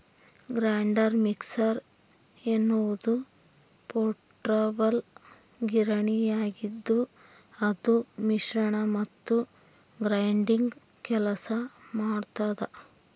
grinder mixer ಎನ್ನುವುದು portable ಗಿರಣಿಯಾಗಿದ್ದುಅದು ಮಿಶ್ರಣ ಮತ್ತು ಗ್ರೈಂಡಿಂಗ್ ಕೆಲಸ ಮಾಡ್ತದ